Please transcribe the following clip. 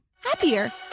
happier